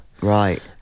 right